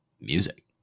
music